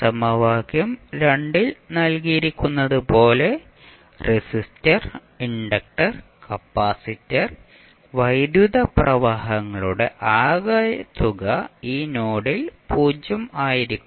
സമവാക്യം ൽ നൽകിയിരിക്കുന്നതുപോലെ റെസിസ്റ്റർ ഇൻഡക്റ്റർ കപ്പാസിറ്റർ വൈദ്യുത പ്രവാഹങ്ങളുടെ ആകെത്തുക ഈ നോഡിൽ 0 ആയിരിക്കും